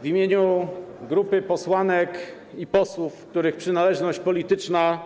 W imieniu grupy posłanek i posłów, których przynależność polityczna